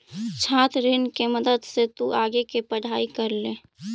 छात्र ऋण के मदद से तु आगे के पढ़ाई कर ले